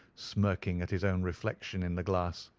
smirking at his own reflection in the glass.